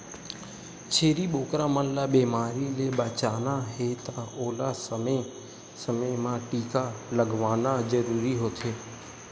छेरी बोकरा मन ल बेमारी ले बचाना हे त ओला समे समे म टीका लगवाना जरूरी होथे